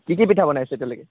কি কি পিঠা বনাইছে এতিয়ালৈকে